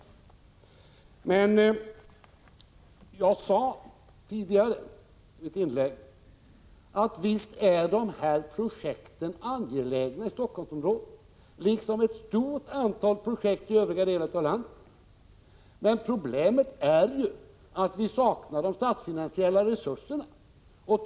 I mitt anförande sade jag att de olika vägprojekten i Helsingforssområdet är lika angelägna som ett stort antal projekt i övriga delar av landet. Problemet är att vi saknar de statsfinansiella resurserna för att genomföra projekten.